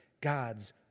God's